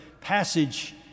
passage